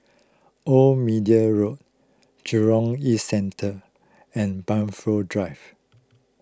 Old Middle Road Jurong East Central and Blandford Drive